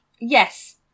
Yes